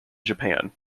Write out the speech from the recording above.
japan